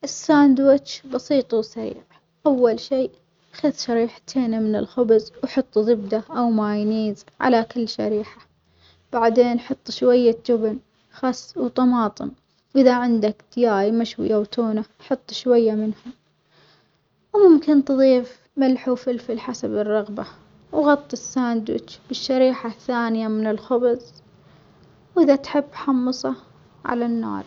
الساندوتش بسيط وسريع، أول شي خذ شريحتين من الخبز وحط زبدة أو مايونيز على كل شريحة، بعدين حط شوية جبن خس وطماطم، وإذا عندك دياي مشوي أو تونة حط شوية منهم، وممكن تظيف ملح وفلفل حسب الرغبة، وغطي الساندوتش بالشريحة الثانية من الخبز وإذا تحب حمصه على النار.